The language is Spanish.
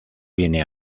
viene